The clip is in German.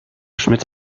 schmitz